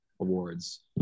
awards